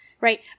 right